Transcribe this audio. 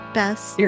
best